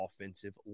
offensive